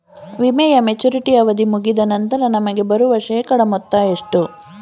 ವಿಮೆಯ ಮೆಚುರಿಟಿ ಅವಧಿ ಮುಗಿದ ನಂತರ ನಮಗೆ ಬರುವ ಶೇಕಡಾ ಮೊತ್ತ ಎಷ್ಟು?